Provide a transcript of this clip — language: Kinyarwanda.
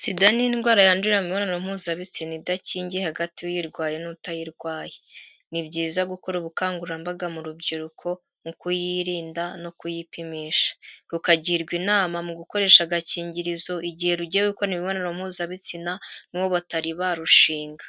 Sida ni indwara yandurira mu mibonano mpuzabitsina idakingiye hagati y'uyirwaye n'utayirwaye. Ni byiza gukora ubukangurambaga mu rubyiruko, mu kuyirinda no kuyipimisha, rukagirwa inama mu gukoresha agakingirizo igihe rugiye gukora imibonano mpuzabitsina n'uwo batari barushinga.